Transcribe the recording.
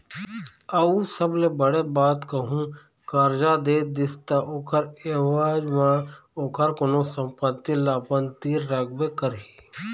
अऊ सबले बड़े बात कहूँ करजा दे दिस ता ओखर ऐवज म ओखर कोनो संपत्ति ल अपन तीर रखबे करही